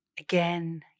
Again